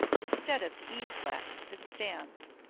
instead of the e flat that stands.